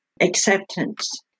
acceptance